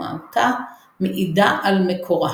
ומהותה מעידה על מקורה.